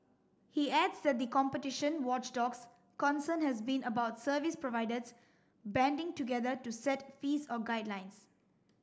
he adds that the competition watchdog's concern has been about service providers banding together to set fees or guidelines